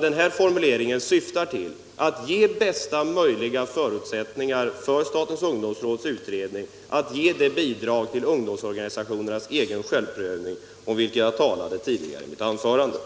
Den här formuleringen syftar till att ge bästa möjliga förutsättningar för statens ungdomsråds utredning att ge det bidrag till ungdomsorganisationernas egen självprövning, om vilket jag talade tidigare i mitt anförande.